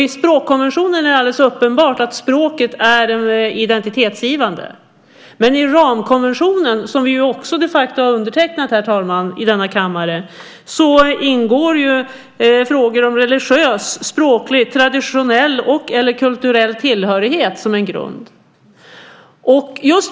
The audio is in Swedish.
I språkkonventionen är det alldeles uppenbart att språket är identitetsgivande, men i ramkonventionen, som vi ju också de facto har undertecknat i denna kammare, herr talman, ingår frågor om religiös, språklig, traditionell eller kulturell tillhörighet som en grund.